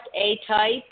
A-type